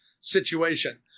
situation